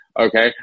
Okay